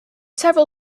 several